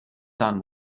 son